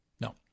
No